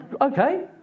Okay